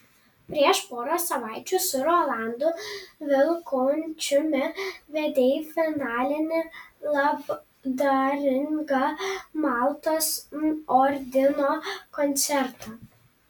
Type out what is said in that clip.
prieš porą savaičių su rolandu vilkončiumi vedei finalinį labdaringą maltos ordino koncertą